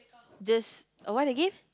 just a what again